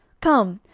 come,